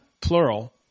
plural